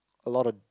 a lot of